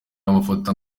amafoto